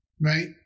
Right